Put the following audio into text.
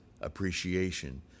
appreciation